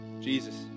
Jesus